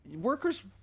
workers